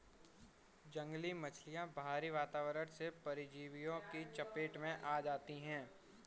जंगली मछलियाँ बाहरी वातावरण से परजीवियों की चपेट में आ जाती हैं